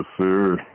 sir